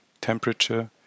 temperature